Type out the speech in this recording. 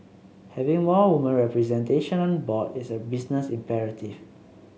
having more woman representation on board is a business imperative